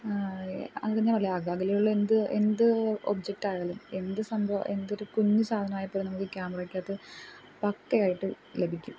അതിന് വേലെ ആഹ അകലെയുള്ള എന്ത് എന്ത് ഒബ്ജക്റ്റായാലും എന്ത് സംഭവം എന്തൊരു കുഞ്ഞ് സാധനവായാപ്പോലും നമുക്ക് ക്യാമറയ്ക്കകത്ത് പക്ക ആയിട്ട് ലഭിക്കും